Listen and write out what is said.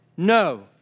No